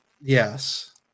Yes